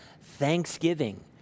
thanksgiving